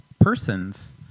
persons